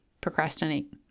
procrastinate